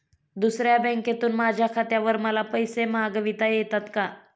दुसऱ्या बँकेतून माझ्या खात्यावर मला पैसे मागविता येतात का?